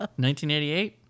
1988